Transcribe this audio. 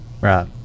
Right